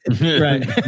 right